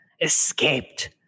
escaped